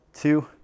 two